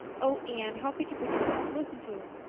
oh, anne, how could you pretend not to listen to him?